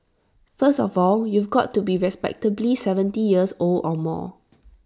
first of all you've got to be respectably seventy years old or more